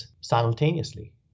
simultaneously